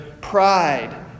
pride